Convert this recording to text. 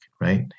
right